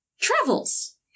travels